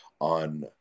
on